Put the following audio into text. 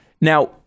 Now